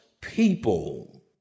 people